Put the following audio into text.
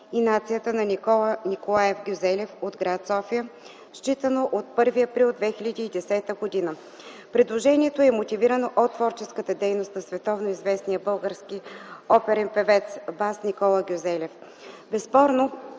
и нацията на Никола Николаев Гюзелев, от гр. София, считано от 1 април 2010 г. Предложението е мотивирано от творческата дейност на световноизвестния български оперен певец – бас Никола Гюзелев, безспорно